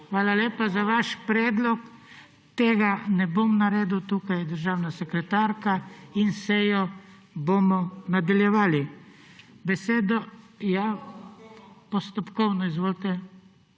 Hvala lepa za vaš predlog. Tega ne bom naredil. Tukaj je državna sekretarka in sejo bomo nadaljevali. Postopkovno ima